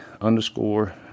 underscore